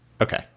Okay